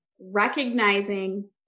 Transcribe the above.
recognizing